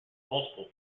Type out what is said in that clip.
multiple